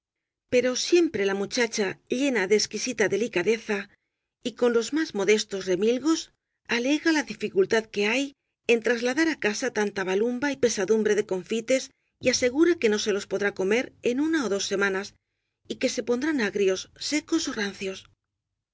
pero siempre la muchacha llena de exquisita delicadeza y con los más modestos remilgos alega la dificultad que hay en trasladar á casa tanta ba lumba y pesadumbre de confites y asegura que no se los podrá comer en una ó dos semanas y que se pondrán agrios secos ó rancios